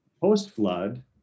Post-flood